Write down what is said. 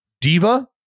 diva